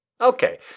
Okay